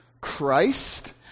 Christ